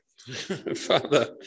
Father